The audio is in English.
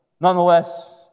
Nonetheless